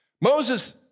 Moses